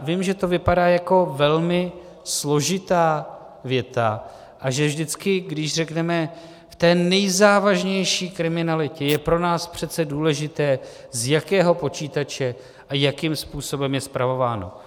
Vím, že to vypadá jako velmi složitá věta a že vždycky, když řekneme v té nejzávažnější kriminalitě je pro nás přece důležité, za jakého počítače a jakým způsobem je spravováno.